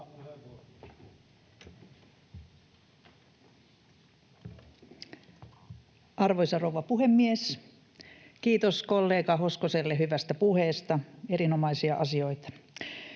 Arvoisa rouva puhemies! Kiitos kollega Hoskoselle hyvästä puheesta: erinomaisia asioita.